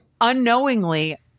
unknowingly